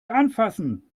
anfassen